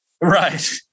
Right